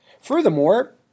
Furthermore